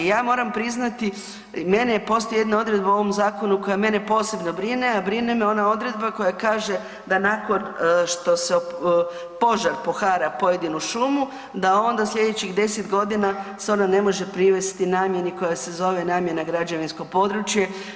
Ja moram priznati, naime postoji jedna odredba u ovom zakonu koja mene posebno brine, a brine me ona odredba koja kaže da nakon što požar pohara pojedinu šumu da onda slijedećih 10.g. se ona ne može privesti namjeni koja se zove namjena građevinsko područje.